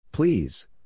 Please